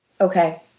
Okay